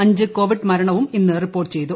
അഞ്ച് കോവിഡ് മരണവും ഇന്ന് റിപ്പോർട്ട് ചെയ്തു